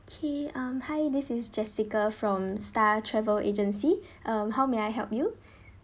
K um hi this is jessica from star travel agency um how may I help you